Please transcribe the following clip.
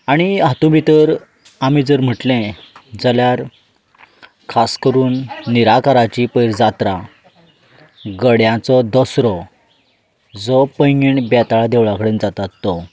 आनी हातूंत भितर आमी जर म्हणलें जाल्यार खास करून निराकराची पयर जात्रा घड्यांचो दसरो जो पैयगीण बेताळ देवळा कडेन जाता तो